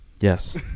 Yes